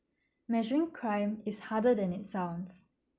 measuring crime is harder than it sounds